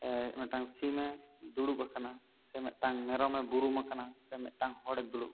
ᱢᱤᱫ ᱴᱟᱝ ᱥᱤᱢ ᱮ ᱫᱩᱲᱩᱵ ᱟᱠᱟᱱᱟ ᱥᱮ ᱢᱤᱫᱴᱟᱝ ᱢᱮᱨᱚᱢ ᱮ ᱵᱩᱨᱩᱢ ᱟᱠᱟᱱᱟ ᱥᱮ ᱢᱤᱫ ᱴᱟᱝ ᱦᱚᱲᱮ ᱫᱩᱲᱩᱵ ᱟᱠᱟᱱᱟ